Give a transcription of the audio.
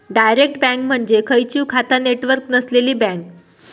direct bank म्हणजे खंयचीव शाखा नेटवर्क नसलेली बँक